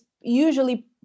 usually